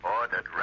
Ordered